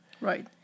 Right